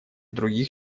других